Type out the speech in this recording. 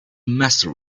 master